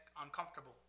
uncomfortable